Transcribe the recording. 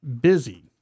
Busy